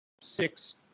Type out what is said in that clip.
six